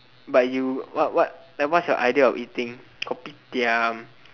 but you what what what is your idea of eating kopitiam